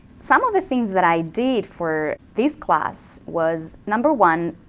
some of the things that i did for this class was, number one,